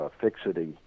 fixity